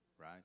right